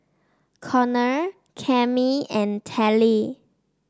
Connor Cammie and Telly